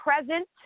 present